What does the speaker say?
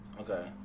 Okay